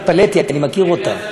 התפלאתי, אני מכיר אותה.